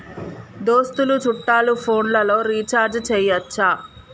దోస్తులు చుట్టాలు ఫోన్లలో రీఛార్జి చేయచ్చా?